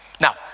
Now